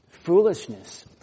Foolishness